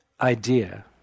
idea